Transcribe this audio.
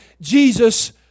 Jesus